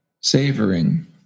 savoring